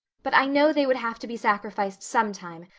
but i know they would have to be sacrificed sometime,